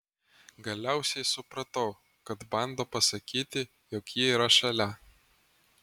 galiausiai supratau kad bando pasakyti jog ji yra šalia